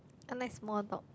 I like small dog